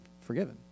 forgiven